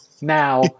now